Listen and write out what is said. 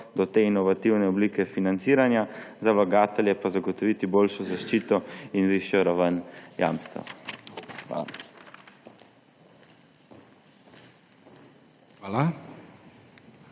do te inovativne oblike financiranja, za vlagatelje pa zagotoviti boljšo zaščito in višjo raven jamstva. Hvala.